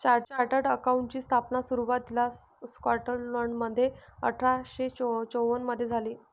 chartered अकाउंटंटची स्थापना सुरुवातीला स्कॉटलंडमध्ये अठरा शे चौवन मधे झाली